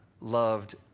loved